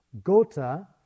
Gota